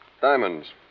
Diamonds